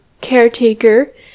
caretaker